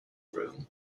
room